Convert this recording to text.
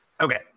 Okay